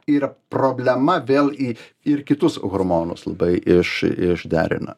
yra problema vėl į ir kitus hormonus labai iš išderina